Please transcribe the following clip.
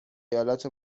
ایالات